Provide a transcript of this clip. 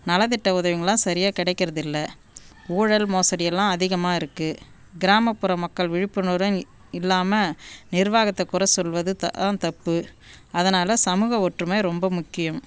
நலத்திட்ட உதவிங்களாம் சரியாக கிடைக்கிறதில்ல ஊழல் மோசடியெல்லாம் அதிகமாக இருக்கு கிராமப்புற மக்கள் விழிப்புணர்வு இல்லாமல் நிர்வாகத்தை குற சொல்வது த ஆ தப்பு அதனால் சமூக ஒற்றுமை ரொம்ப முக்கியம்